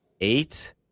eight